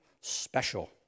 Special